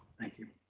thank you.